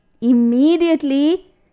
Immediately